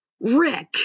Rick